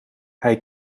hij